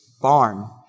barn